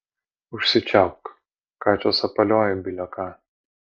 užsičiaupk ką čia sapalioji bile ką